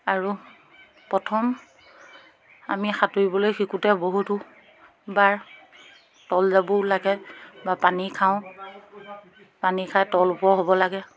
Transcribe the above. আৰু প্ৰথম আমি সাঁতুৰিবলৈ শিকোঁতে বহুতো বাৰ তল যাবও লাগে বা পানী খাওঁ পানী খাই তল ওপৰ হ'ব লাগে